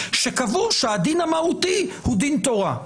שקבעו שהדין המהותי הוא דין תורה,